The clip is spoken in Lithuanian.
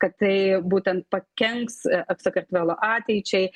kad tai būtent pakenks ap sakartvelo ateičiai